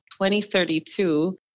2032